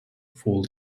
full